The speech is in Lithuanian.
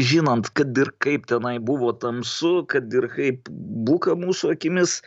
žinant kad ir kaip tenai buvo tamsu kad ir kaip buka mūsų akimis